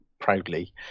proudly